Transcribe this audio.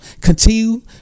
continue